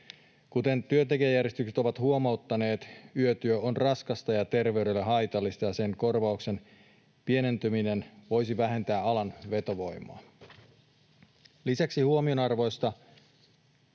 Kuten työntekijäjärjestötkin ovat huomauttaneet, yötyö on raskasta ja terveydelle haitallista, ja sen korvauksen pienentyminen voisi vähentää alan vetovoimaa. Lisäksi on huomionarvoista,